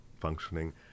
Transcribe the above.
functioning